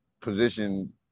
position